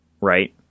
right